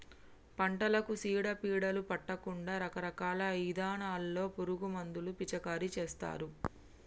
పంటలకు సీడ పీడలు పట్టకుండా రకరకాల ఇథానాల్లో పురుగు మందులు పిచికారీ చేస్తారు